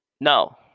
No